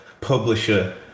publisher